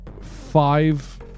five